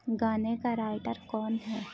گانے کا رائٹر کون ہے